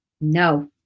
no